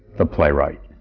the playwright.